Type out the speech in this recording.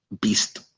beast